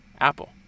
apple